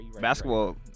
Basketball